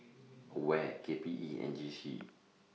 AWARE K P E and J C